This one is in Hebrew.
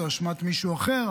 זו אשמת מישהו אחר,